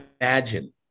imagine